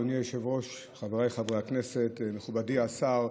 אדוני היושב-ראש, חבריי חברי הכנסת, מכובדי השר,